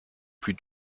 plus